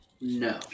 No